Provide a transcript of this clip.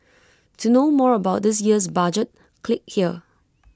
to know more about this year's budget click here